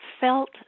felt